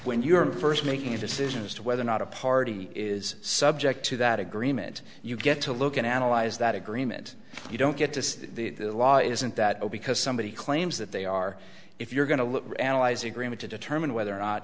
when you're first making a decision as to whether or not a party is subject to that agreement you get to look and analyze that agreement you don't get to see the law isn't that all because somebody claims that they are if you're going to look at analyze agreement to determine whether or not